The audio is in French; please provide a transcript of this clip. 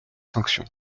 sanctions